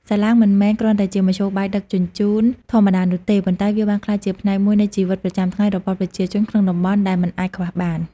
សាឡាងមិនមែនគ្រាន់តែជាមធ្យោបាយដឹកជញ្ជូនធម្មតានោះទេ ប៉ុន្តែវាបានក្លាយជាផ្នែកមួយនៃជីវិតប្រចាំថ្ងៃរបស់ប្រជាជនក្នុងតំបន់ដែលមិនអាចខ្វះបាន។